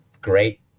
great